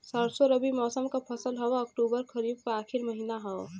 सरसो रबी मौसम क फसल हव अक्टूबर खरीफ क आखिर महीना हव